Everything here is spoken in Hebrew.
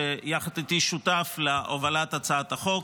שיחד איתי שותף להובלת הצעת החוק,